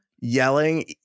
yelling